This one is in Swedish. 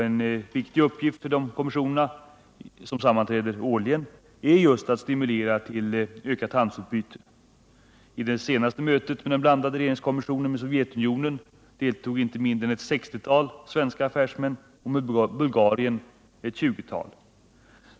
En viktig uppgift för de kommissionerna, som sammanträder årligen, är just att stimulera till ökat handelsutbyte. Vid det senaste mötet med den blandade regeringskommissionen med Sovjetunionen deltog inte mindre än ett 60-tal svenska affärsmän och vid möte med Bulgarien ett 20-tal.